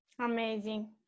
Amazing